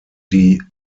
die